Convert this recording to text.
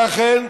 ואכן,